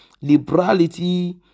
liberality